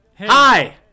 Hi